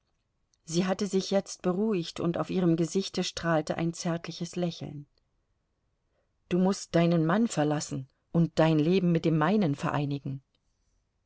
sie hatte sich jetzt beruhigt und auf ihrem gesichte strahlte ein zärtliches lächeln du mußt deinen mann verlassen und dein leben mit dem meinen vereinigen